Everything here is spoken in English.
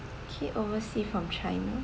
okay overseas from china